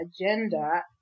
agenda